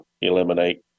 eliminate